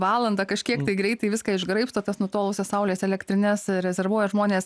valandą kažkiek tai greitai viską išgraibsto tas nutolusias saulės elektrines rezervuoja žmonės